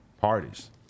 Parties